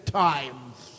times，